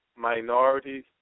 minorities